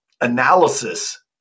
analysis